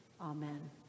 amen